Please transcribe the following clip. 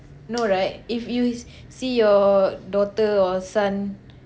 no right if you see your daughter or son